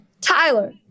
Tyler